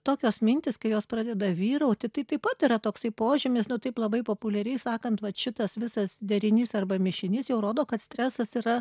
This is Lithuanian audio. tokios mintys kai jos pradeda vyrauti tai taip pat yra toksai požymis nu taip labai populiariai sakant vat šitas visas derinys arba mišinys jau rodo kad stresas yra